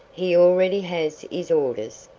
he already has his orders,